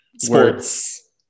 sports